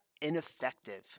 ineffective